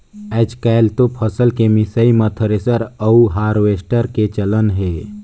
आयज कायल तो फसल के मिसई मे थेरेसर अउ हारवेस्टर के चलन हे